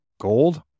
Gold